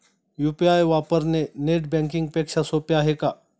UPI वापरणे net banking पेक्षा सोपे आहे का?